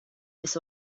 this